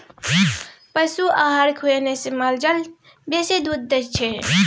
पशु आहार खुएने से माल जाल बेसी दूध दै छै